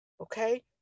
okay